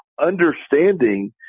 understanding